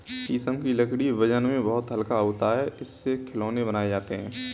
शीशम की लकड़ी वजन में बहुत हल्का होता है इससे खिलौने बनाये जाते है